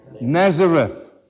Nazareth